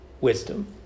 wisdom